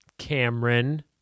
Cameron